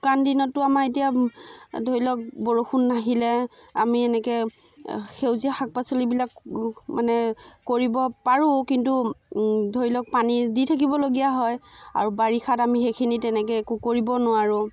শুকান দিনতো আমাৰ এতিয়া ধৰি লওক বৰষুণ নাহিলে আমি এনেকৈ সেউজীয়া শাক পাচলিবিলাক মানে কৰিব পাৰোঁ কিন্তু ধৰি লওক পানী দি থাকিবলগীয়া হয় আৰু বাৰিষাত আমি সেইখিনি তেনেকৈ একো কৰিব নোৱাৰোঁ